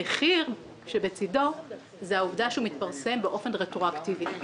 המחיר שבצדו הוא פרסומו באופן רטרואקטיבי,